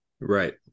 Right